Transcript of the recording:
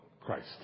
Christ